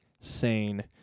sane